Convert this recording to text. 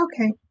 okay